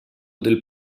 del